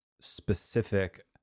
specific